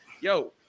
yo